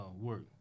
work